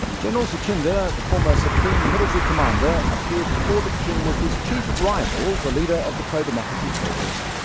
general suchinda, the former supreme military commander, appeared before the king with his chief rival, the leader of the pro-democracy protest,